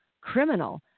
criminal